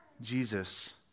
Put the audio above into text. Jesus